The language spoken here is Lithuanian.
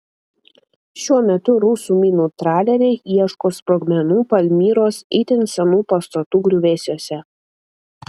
šiuo metu rusų minų traleriai ieško sprogmenų palmyros itin senų pastatų griuvėsiuose